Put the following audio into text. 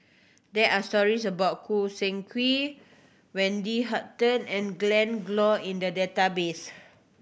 there are stories about Choo Seng Quee Wendy Hutton and Glen Goei in the database